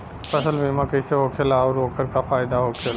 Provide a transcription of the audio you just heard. फसल बीमा कइसे होखेला आऊर ओकर का फाइदा होखेला?